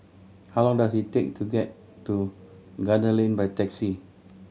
how long does it take to get to Gunner Lane by taxi